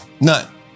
None